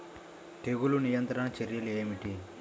తెగులు నియంత్రణ చర్యలు ఏమిటి?